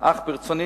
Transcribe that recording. אך ברצוני